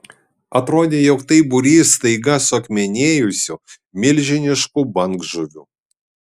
atrodė jog tai būrys staiga suakmenėjusių milžiniškų bangžuvių